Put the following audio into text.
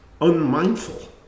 unmindful